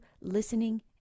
listening